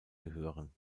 gehören